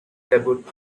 debut